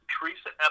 Teresa